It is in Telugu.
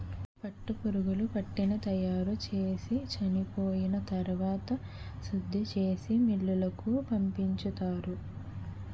పట్టుపురుగులు పట్టుని తయారుచేసి చెనిపోయిన తరవాత శుద్ధిచేసి మిల్లులకు పంపించుతారు